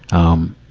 um,